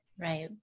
right